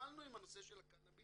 כשהתחלנו עם הנושא של הקנאביס,